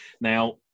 now